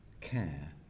care